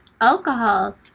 alcohol